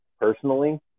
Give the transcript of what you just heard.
personally